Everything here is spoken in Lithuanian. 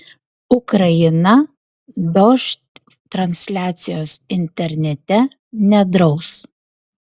ukraina dožd transliacijos internete nedraus